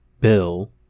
Bill